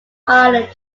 island